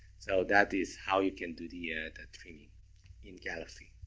so that is how you can do the ah the trimming in galaxy.